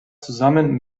zusammen